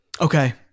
Okay